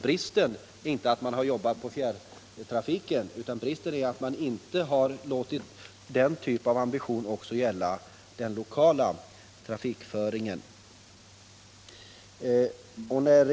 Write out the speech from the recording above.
Bristen är inte att man har jobbat på fjärrtrafiken, utan bristen består i att man inte har låtit den typen av ambition också gälla den lokala trafikföringen.